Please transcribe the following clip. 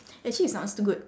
actually it's not too good